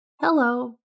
Hello